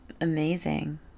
amazing